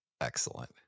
excellent